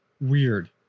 weird